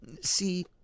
See